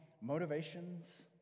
motivations